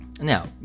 now